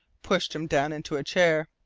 pushed him down into a chair.